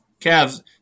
Cavs